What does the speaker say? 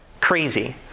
Crazy